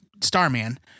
Starman